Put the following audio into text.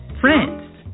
France